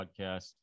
podcast